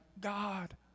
God